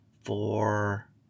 four